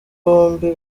bombi